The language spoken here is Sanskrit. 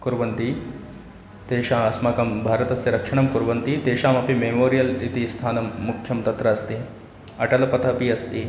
कुर्वन्ति तेषाम् अस्माकं भारतस्य रक्षणं कुर्वन्ति तेषामपि मेमोरियल् इति स्थानं मुख्यम् तत्र अस्ति अटलपथः अपि अस्ति